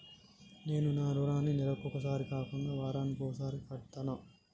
నేను నా రుణాన్ని నెలకొకసారి కాకుండా వారానికోసారి కడ్తన్నా